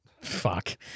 fuck